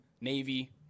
Navy